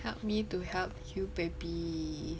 help me to help you baby